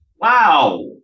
Wow